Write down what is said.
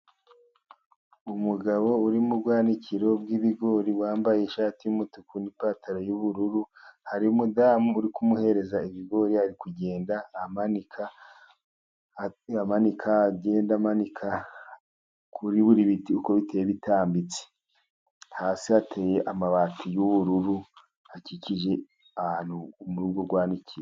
Umugabo uri mu bwanikiro bw'ibigori wambaye ishati y'umutuku n'ipantaro y'ubururu. Hari umudamu uri kumuhereza ibigori ari kugenda amanika, agenda amanika kuri buri biti uko biteye bitambitse. Hasi hateye amabati y'ubururu akikije ahantu muri ubwo bwanikiro.